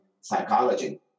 psychology